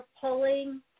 pulling